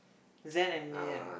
Zen and Reanne